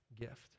gift